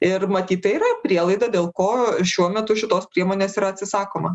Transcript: ir matyt tai yra prielaida dėl ko šiuo metu šitos priemonės yra atsisakoma